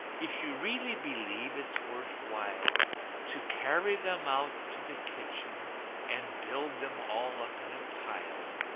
if you really believe it's worth while to carry them out to the kitchen and build them all up in a pile,